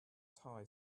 tie